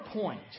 point